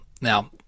Now